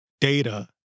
data